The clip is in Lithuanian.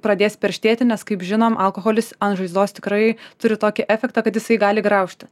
pradės perštėti nes kaip žinom alkoholis an žaizdos tikrai turi tokį efektą kad jisai gali graužti